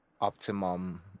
optimum